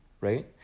right